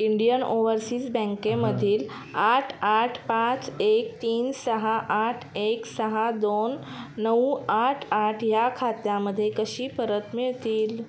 Indian Overseas बँकेमधील आठ आठ पाच एक तीन सहा आठ एक सहा दोन नऊ आठ आठ ह्या खात्यामध्ये कशी परत मिळतील